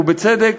ובצדק,